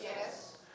Yes